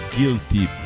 Guilty